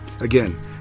Again